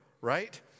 Right